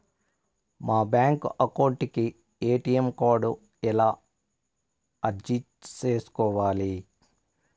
మా bank account కు ATM card ఎలా అర్జీ సేసుకోవాలి?